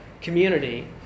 community